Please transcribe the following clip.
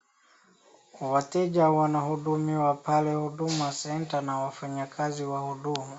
Wateja wanahudumiwa pale huduma senta na wafanyakazi wa huduma.